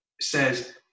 says